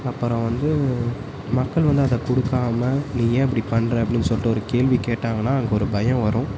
அப்புறம் வந்து மக்கள் வந்து அதை கொடுக்காம நீ ஏன் அப்படி பண்ணுறே அப்படின்னு சொல்லிட்டு ஒரு கேள்வி கேட்டாங்கன்னால் அங்கே ஒரு பயம் வரும்